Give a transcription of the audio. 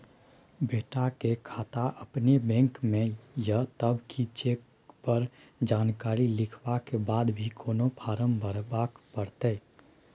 बेटा के खाता अपने बैंक में ये तब की चेक पर जानकारी लिखवा के बाद भी कोनो फारम भरबाक परतै?